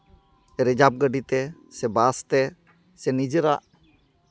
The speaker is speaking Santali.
ᱨᱮᱡᱟᱵᱽ ᱜᱟᱹᱰᱤ ᱛᱮ ᱥᱮ ᱵᱟᱥ ᱛᱮ ᱥᱮ ᱱᱤᱡᱮᱨᱟᱜ